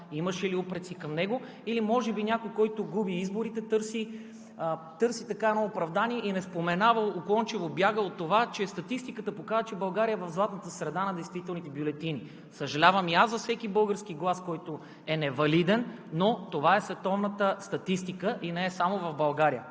имаше ли упреци към него, или може би някой, който губи изборите, търси оправдание и не споменава, уклончиво бяга от това, че статистиката показва, че България е златната среда на действителните бюлетини? Съжалявам и аз за всеки български глас, който е невалиден, но това е световната статистика и не е само в България.